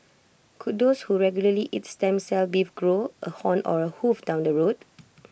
could those who regularly eat stem cell beef grow A horn or A hoof down the road